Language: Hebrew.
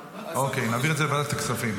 אוקיי, נעביר את זה לוועדת הכספים.